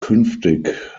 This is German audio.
künftig